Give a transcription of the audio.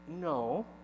no